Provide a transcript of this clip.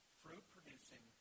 fruit-producing